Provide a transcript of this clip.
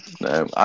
no